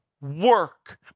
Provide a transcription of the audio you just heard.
work